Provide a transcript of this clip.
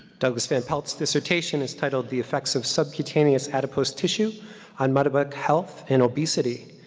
douglas van pelt's dissertation is titled the effects of subcutaneous adipose tissue on metabolic health and obesity.